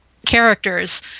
characters